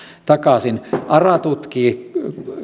takaisin ara tutkii